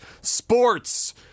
Sports